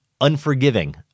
unforgiving